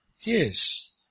Yes